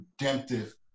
redemptive